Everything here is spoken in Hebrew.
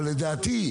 אבל לדעתי,